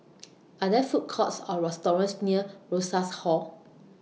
Are There Food Courts Or restaurants near Rosas Hall